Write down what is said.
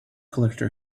collector